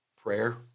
Prayer